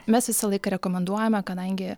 mes visą laiką rekomenduojame kadangi